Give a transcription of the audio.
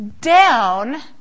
down